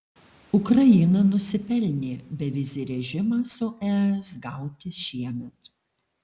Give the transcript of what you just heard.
ukraina nusipelnė bevizį režimą su es gauti šiemet